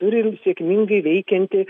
turi sėkmingai veikiantį